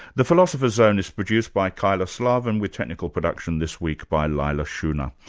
the philosopher's zone is produced by kyla slaven with technical production this week by leila schunnar.